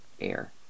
air